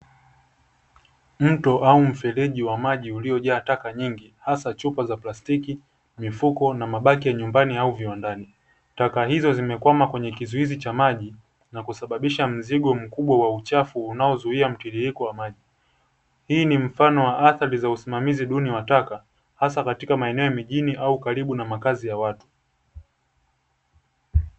Mto au mfereji wa maji uliojaa taka nyingi, hasa chupa za plastiki, mifuko, na mabaki ya nyumbani, au viwandani. Taka hizo zimekwama kwenye kizuizi cha maji, na kusababisha mzigo mkubwa wa uchafu unaozuia mtiririko wa maji. Hii ni mfano wa adhari za usimamizi duni wa taka, hasa katika maeneo ya mijini au karibu na makazi ya watu.